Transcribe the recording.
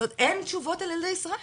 זאת אומרת, אין תשובות על ילדי ישראל.